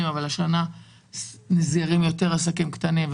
אבל השנה נסגרים יותר עסקים קטנים.